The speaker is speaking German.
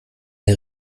der